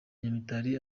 nyamitari